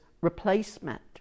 replacement